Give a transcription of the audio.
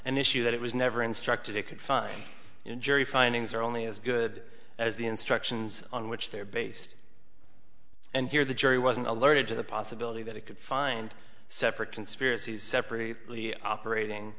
an issue that it was never instructed it could find a jury findings are only as good as the instructions on which they're based and here the jury wasn't alerted to the possibility that it could find separate conspiracies separately operating